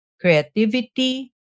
creativity